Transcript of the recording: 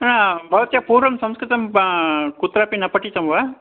आ भवत्या पूर्वं संस्कृतं ब कुत्रापि न पठितं वा